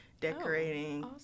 decorating